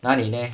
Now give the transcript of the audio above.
那你 leh